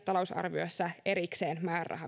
talousarviossa erikseen